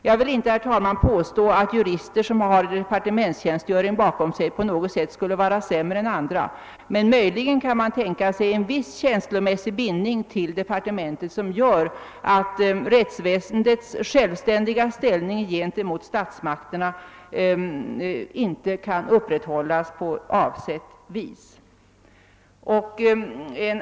Jag vill inte påstå att jurister med <departementstjänstgöring bakom sig skulle vara sämre än andra, men man kan möjligen tänka sig att de har en viss känslomässig bindning till departementet som gör att rättsväsendets självständiga ställning gentemot statsmakterna inte kan upprätthållas på det sätt som är avsikten.